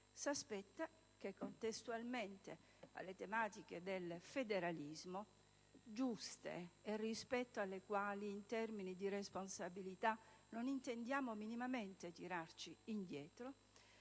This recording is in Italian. si aspetta che, contestualmente alle tematiche del federalismo, che sono giuste e rispetto alle quali in termini di responsabilità non intendiamo minimamente tirarci indietro,